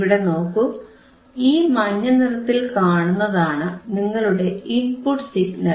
ഇവിടെ നോക്കൂ ഈ മഞ്ഞനിറത്തിൽ കാണുന്നതാണ് നിങ്ങളുടെ ഇൻപുട്ട് സിഗ്നൽ